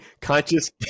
conscious